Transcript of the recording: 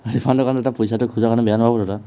ৰিফাণ্ডৰ কাৰণে দাদা পইচাটো খোজা কাৰণে বেয়া নাপাব দাদা